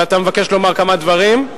ואתה מבקש לומר כמה דברים.